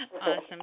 Awesome